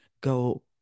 go